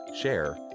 share